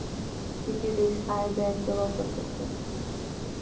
किती देश IBAN चा वापर करतात?